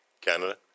Canada